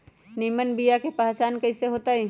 निमन बीया के पहचान कईसे होतई?